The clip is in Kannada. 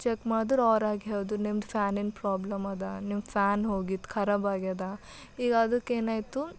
ಚೆಕ್ ಮಾಡಿದ್ರು ಅವ್ರಾಗ ಹೇಳಿದ್ರು ನಿಮ್ದು ಫ್ಯಾನಿಂದ ಪ್ರಾಬ್ಲಮ್ ಇದೆ ನಿಮ್ದು ಫ್ಯಾನ್ ಹೋಗಿದ್ಕೆ ಖರಬಾಗಿದೆ ಈಗ ಅದಕ್ಕೆ ಏನಾಯ್ತು